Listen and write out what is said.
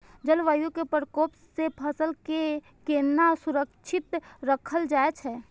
जलवायु के प्रकोप से फसल के केना सुरक्षित राखल जाय छै?